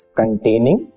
containing